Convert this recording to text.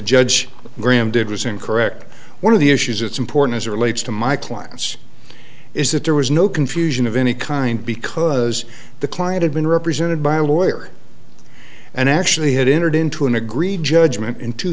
judge graham did was incorrect one of the issues it's important as relates to my clients is that there was no confusion of any kind because the client had been represented by a lawyer and actually had entered into an agreed judgment in two